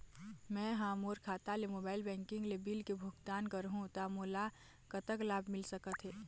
मैं हा मोर खाता ले मोबाइल बैंकिंग ले बिल के भुगतान करहूं ता मोला कतक लाभ मिल सका थे?